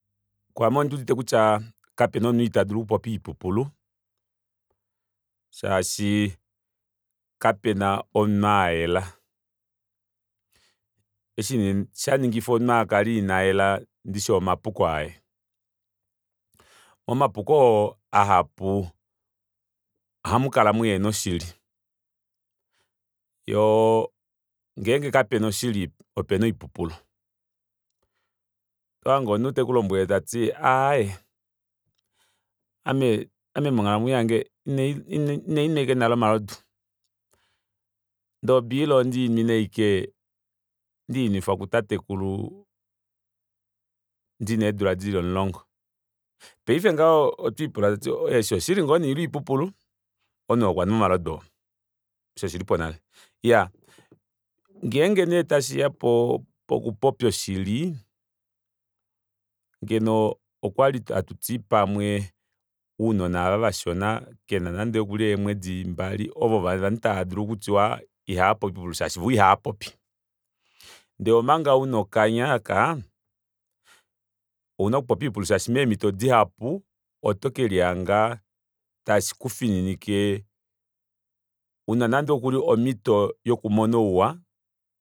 Kwaame ondiudite kutya kapena omunhu ita dulu okupopya oipupulu shaashi kapena omunhu ayela eshi nee shaningifa omunhu akale inayela ndishi omapuko aye omapuko oo mahapu ohamukala muhena oshili yoo ngenge apena oshili opena oipupulu otohange omunhu tekulombwele tati aaye ame monghalamwenyo yange ina ndinwa ashike nale omalodu ndee o beer ondeinwine ashike ndiinwifwa ku tatekulu ndina eedula dili omulongo paife ngaho otwiipula toti oo eshi oshili ngoo nee ile oipupulu omunhu ou okwanwa omalodu ou osho oshilipo nale iyaa ngenge nee tashiya pokupopya oshili ngeno okwali hatuti pamwe ounona aavo vashona kena nande eemwedi dili mbali ovo ovo ovanhu taa dulu okutiwa ihaapopi oipupulu shaashi voo ihavapopi ndee omanga una okanya aaka ouna okupopya oipupulu shaashi meemito dihapu oto kelihanga tashi kufininike una nande okuli omito yokumona ouwa